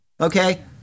Okay